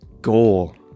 goal